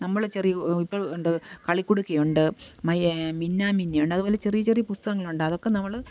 നമ്മള് ചെറിയ ഇപ്പോഴുണ്ട് കളിക്കുടുക്കയുണ്ട് മൈ മിന്നാമിന്നി ഉണ്ട് അതുപോലെ ചെറിയ ചെറിയ പുസ്തകങ്ങളുണ്ട് അതൊക്കെ നമ്മള്